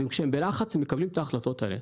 וכשהם בלחץ הם מקבלים את ההחלטות האלה.